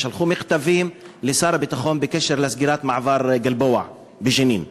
שלחו מכתבים לשר הביטחון בקשר לסגירת מעבר-גלבוע בג'נין.